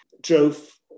drove